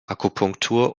akupunktur